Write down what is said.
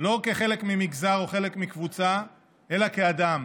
לא כחלק ממגזר או חלק מקבוצה אלא כאדם,